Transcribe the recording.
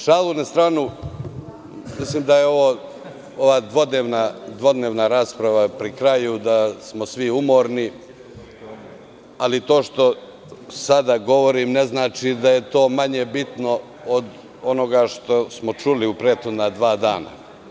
Šalu na stranu, mislim da je ova dvodnevna rasprava pri kraju, da smo svi umorni, ali to ne znači da je ovo što sada govorim manje bitno od onoga što smo čuli u prethodna dva dana.